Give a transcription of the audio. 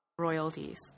royalties